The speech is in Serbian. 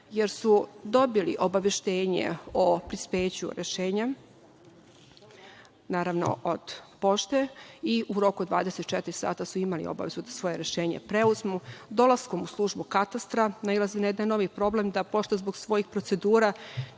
jer su dobili obaveštenja o prispeću rešenja od pošte i u roku 24 sata su imali obavezu da svoja rešenja preuzmu. Dolaskom u službu katastra nailaze na jedan novi problem, da pošta zbog svojih procedura